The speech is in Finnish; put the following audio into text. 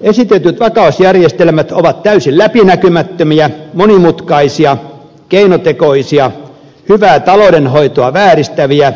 esitetyt vakausjärjestelmät ovat täysin läpinäkymättömiä monimutkaisia keinotekoisia hyvää taloudenhoitoa vääristäviä